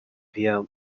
via